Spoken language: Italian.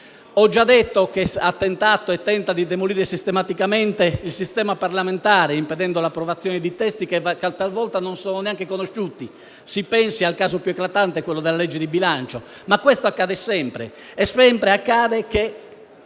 Ho già detto che ha tentato e tenta di demolire sistematicamente il sistema parlamentare, con l'approvazione di testi che talvolta non sono neanche conosciuti (si pensi al caso più eclatante, ovvero quello della legge di bilancio). Questo però accade sempre,